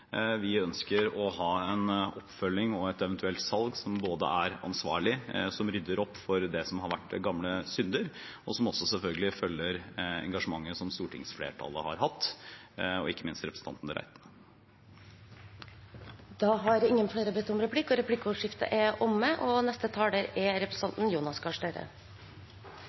Vi ønsker å ha en oppfølging og et eventuelt salg som både er ansvarlig, som rydder opp i det som har vært gamle synder, og som også selvfølgelig følger engasjementet som stortingsflertallet har hatt, ikke minst representanten Reiten. Replikkordskiftet er omme. I Norge er vi på vårt beste når vi løser oppgavene sammen – når vi i fellesskap skaper verdier og